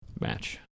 match